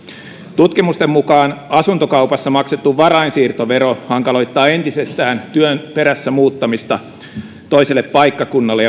tutkimusten mukaan asuntokaupassa maksettu varainsiirtovero hankaloittaa entisestään työn perässä muuttamista toiselle paikkakunnalle